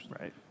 right